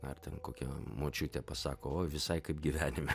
ar ten kokia močiutė pasako o visai kaip gyvenime